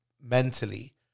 mentally